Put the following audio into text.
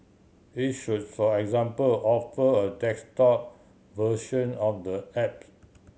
it should for example offer a desktop version of the app